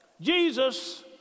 Jesus